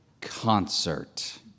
concert